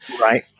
Right